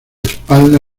espalda